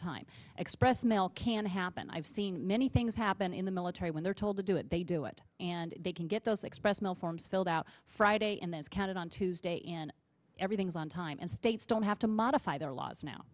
time express mail can happen i've seen many things happen in the military when they're told to do it they do it and they can get those express mail forms filled out friday and that's counted on tuesday and everything's on time and states don't have to modify their laws now